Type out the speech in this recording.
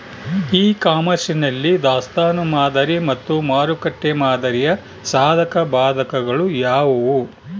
E commerce ನಲ್ಲಿ ದಾಸ್ತನು ಮಾದರಿ ಮತ್ತು ಮಾರುಕಟ್ಟೆ ಮಾದರಿಯ ಸಾಧಕಬಾಧಕಗಳು ಯಾವುವು?